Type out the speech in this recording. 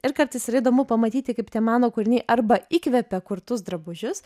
ir kartais yra įdomu pamatyti kaip tie mano kūriniai arba įkvėpė kurtus drabužius